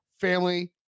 family